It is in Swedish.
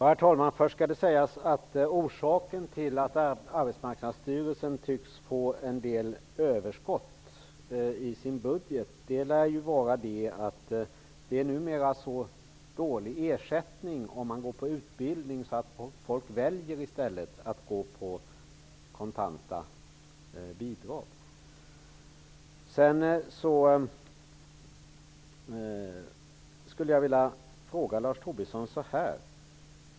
Herr talman! Först skall sägas att orsaken till att Arbetsmarknadsstyrelsen tycks få en del överskott i sin budget lär vara att ersättningen för utbildning numera är så dålig att folk i stället väljer kontanta bidrag. Tobisson.